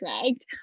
dragged